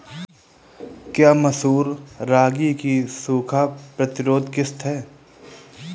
क्या मसूर रागी की सूखा प्रतिरोध किश्त है?